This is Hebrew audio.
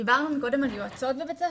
דיברנו קודם על יועצות בבית הספר.